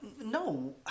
no